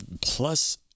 plus